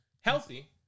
healthy